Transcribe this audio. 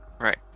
right